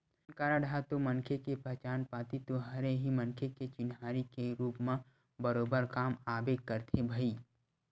PAN card ह तो मनखे के पहचान पाती तो हरे ही मनखे के चिन्हारी के रुप म बरोबर काम आबे करथे भई